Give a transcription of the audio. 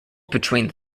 between